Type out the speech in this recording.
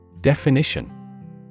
Definition